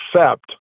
accept